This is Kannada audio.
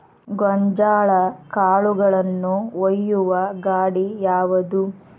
ಗೋಂಜಾಳ ಕಾಳುಗಳನ್ನು ಒಯ್ಯುವ ಗಾಡಿ ಯಾವದು?